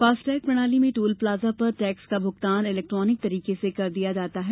FASTag प्रणाली में toll plaza पर टैक्स का भुगतान इलेक्ट्रानिक तरीके से कर दिया जाता है